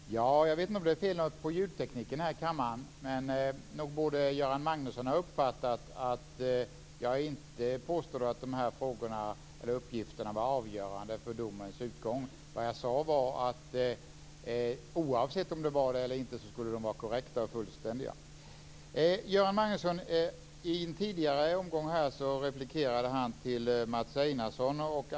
Fru talman! Jag vet inte om det är fel på ljudtekniken här i kammaren, men nog borde Göran Magnusson ha uppfattat att jag inte påstod att dessa uppgifter var avgörande för domens utgång. Vad jag sade var att oavsett om uppgifterna var det eller inte skulle de vara korrekta och fullständiga. I en tidigare omgång här replikerade Göran Magnusson på Mats Einarssons inlägg.